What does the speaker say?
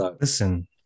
Listen